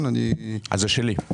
זה שלי.